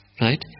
Right